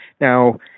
Now